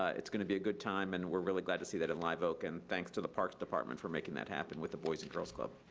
it's gonna be a good time and we're really glad to see that in live oak. and thanks to the parks department for making that happen with the boys and girls club,